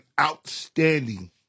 outstanding